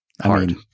hard